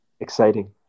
Exciting